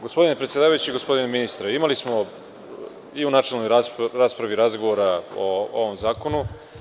Gospodine predsedavajući, gospodine ministre, imali smo i u načelnoj raspravi razgovora o ovom zakonu.